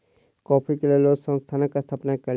coffee के लेल ओ संस्थानक स्थापना कयलैन